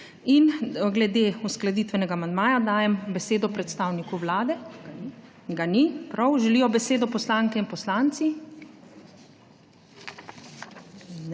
Glede uskladitvenega amandmaja dajem besedo predstavniku Vlade. Ga ni. Želijo besedo poslanke in poslanci? Ne.